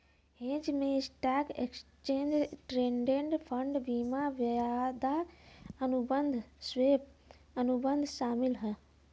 hedge में stock, exchange traded fund, बीमा, वायदा अनुबंध, स्वैप, अनुबंध शामिल हौ